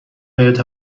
بهت